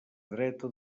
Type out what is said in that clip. dreta